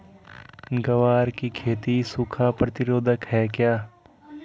ग्वार की खेती सूखा प्रतीरोधक है क्या?